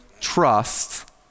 trust